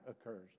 occurs